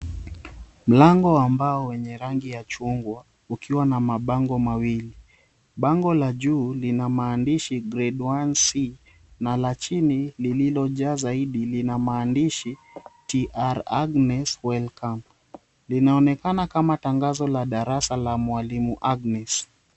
Mlango wa mbao wenye rangi ya chungwa ukiwa na mabango mawili, bango la juu lina maandishi Grade One C, na la chini lililojaa zaidi lina maandishi TR Agnes Welcome. Linaonekana kama tangazo la darasa la mwalimu Agnes.